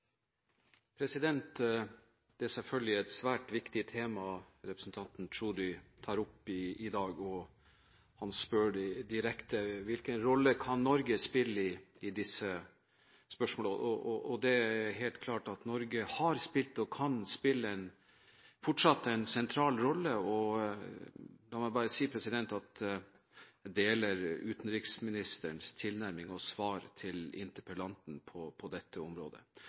tar opp i dag, og han spør direkte: Hvilken rolle kan Norge spille i disse spørsmålene? Det er helt klart at Norge har spilt og kan fortsatt spille en sentral rolle, og la meg bare si at jeg deler utenriksministerens tilnærming og svar til interpellanten på dette området.